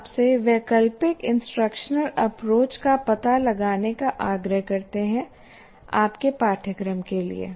हम आपसे वैकल्पिक इंस्ट्रक्शनल अप्रोच का पता लगाने का आग्रह करते हैं आपके पाठ्यक्रम के लिए